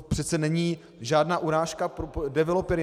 To přece není žádná urážka pro developery.